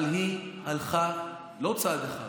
אבל היא הלכה לא צעד אחד,